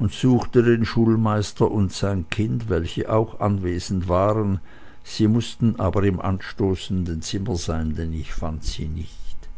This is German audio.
und suchte den schulmeister und sein kind welche auch anwesend waren sie mußten aber im anstoßenden zimmer sein denn ich fand sie nicht